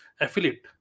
affiliate